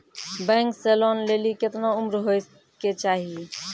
Bank से loan लेली केतना उम्र होय केचाही?